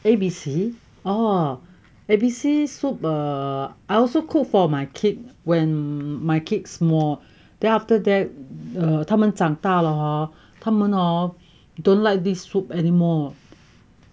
A_B_C oh A_B_C soup err I also cook for my kid when my kid small then after that err 他们长大了他们 hor don't like this soup anymore